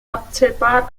abzählbar